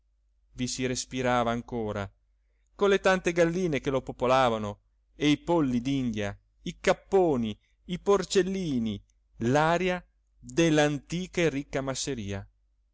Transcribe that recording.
i si respirava ancora con le tante galline che lo popolavano e i polli d'india i capponi i porcellini l'aria dell'antica e ricca masseria